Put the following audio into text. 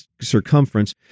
circumference